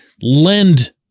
lend